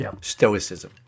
stoicism